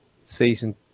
season